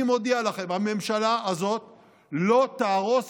אני מודיע לכם: הממשלה הזאת לא תהרוס